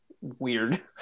weird